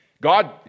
God